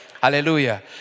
Hallelujah